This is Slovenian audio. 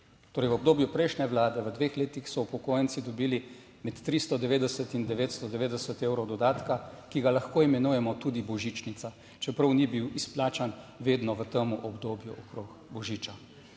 Torej v obdobju prejšnje vlade, v dveh letih, so upokojenci dobili med 390 in 990 evrov dodatka, ki ga lahko imenujemo tudi božičnica, čeprav ni bil izplačan vedno v tem obdobju okrog božiča.